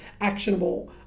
Actionable